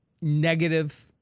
negative